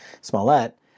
Smollett